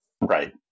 right